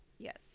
Yes